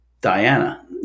Diana